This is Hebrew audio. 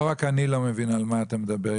לא רק אני לא מבין על מה אתה מדבר.